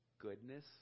goodness